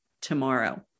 tomorrow